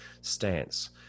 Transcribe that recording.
stance